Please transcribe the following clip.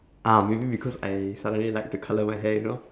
ah maybe because I suddenly like to colour my hair you know